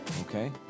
Okay